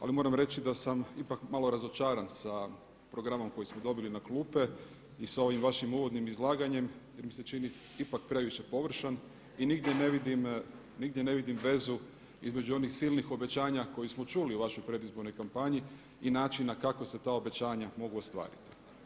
Ali moram reći da sam ipak malo razočaran sa programom koji smo dobili na klupe i sa ovim vašim uvodnim izlaganjem, jer mi se čini ipak previše površan i nigdje ne vidim vezu između onih silnih obećanja koje smo čuli u vašoj predizbornoj kampanji i načina kako se ta obećanja mogu ostvariti.